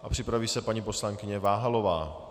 Připraví se paní poslankyně Váhalová.